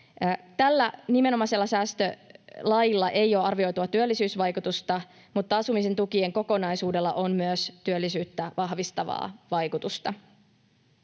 Tällä nimenomaisella säästölailla ei ole arvioitua työllisyysvaikutusta, mutta asumisen tukien kokonaisuudella on myös työllisyyttä vahvistavaa vaikutusta.